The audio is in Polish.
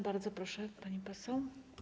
Bardzo proszę, pani poseł.